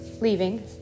leaving